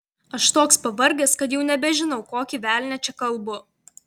aš toks pavargęs kad jau nebežinau kokį velnią čia kalbu